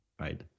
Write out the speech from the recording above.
Right